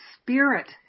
spirit